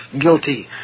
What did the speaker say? guilty